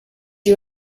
you